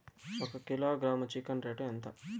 ఒక కిలోగ్రాము chicken rate ఎంత?